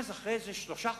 אז, אחרי איזה שלושה חודשים,